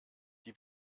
die